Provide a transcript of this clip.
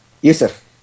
Yusuf